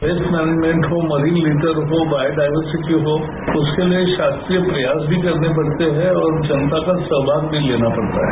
इस मेनेजमेंट को marine litter होप बॉय डायवर्सिटी होप उसके लिए शासकीय प्रयास भी करने पड़ते हैं और जनता का सहभाग भी लेना पड़ता है